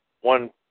one